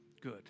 Good